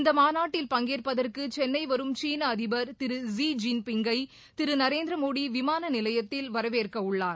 இந்த மாநாட்டில் பங்கேற்பதற்கு சென்னை வரும் சீனை அதிபர் திரு வலி ஜின் பிங் கை திரு நரேந்திரமோடி விமான நிலையத்தில் வரவேற்கவுள்ளார்